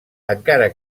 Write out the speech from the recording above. encara